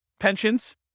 Pensions